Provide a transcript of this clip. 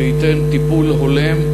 שייתן טיפול הולם,